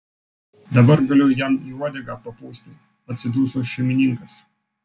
dabar galiu jam į uodegą papūsti atsiduso šeimininkas